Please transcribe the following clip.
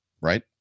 right